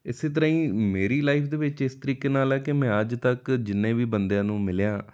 ਇਸ ਤਰ੍ਹਾਂ ਹੀ ਮੇਰੀ ਲਾਈਫ ਦੇ ਵਿੱਚ ਇਸ ਤਰੀਕੇ ਨਾਲ ਹੈ ਕਿ ਮੈਂ ਅੱਜ ਤੱਕ ਜਿੰਨੇ ਵੀ ਬੰਦਿਆਂ ਨੂੰ ਮਿਲਿਆ